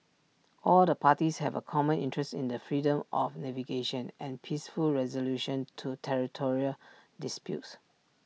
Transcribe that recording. all the parties have A common interest in the freedom of navigation and peaceful resolution to territorial disputes